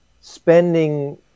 spending